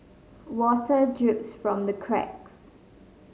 water drips from the cracks